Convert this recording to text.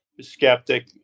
skeptic